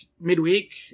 midweek